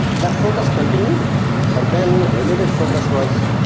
that focus continued but then related focus was,